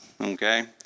okay